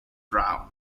brown